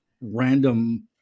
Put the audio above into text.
random